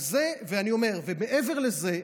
מעבר לזה,